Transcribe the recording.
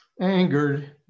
angered